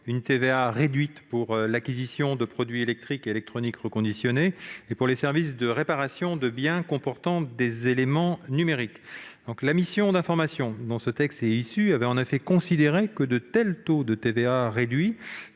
une TVA réduite pour l'acquisition de produits électriques et électroniques reconditionnés et pour les services de réparation de biens comportant des éléments numériques. La mission d'information dont ce texte est issu avait en effet considéré que de tels taux de TVA réduits